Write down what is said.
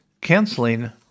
canceling